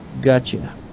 Gotcha